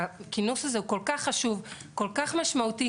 הכינוס הזה כל כך חשוב, כל כך משמעותי.